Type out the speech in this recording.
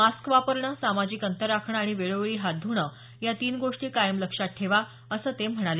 mask वापरणं सामाजिक अंतर राखणं आणि वेळोवेळी हात ध्णं या तीन गोष्टी कायम लक्षात ठेवा असं ते म्हणाले